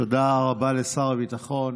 תודה רבה לשר הביטחון.